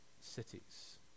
cities